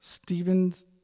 Stephen's